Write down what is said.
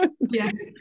Yes